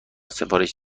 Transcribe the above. سفارش